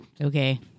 Okay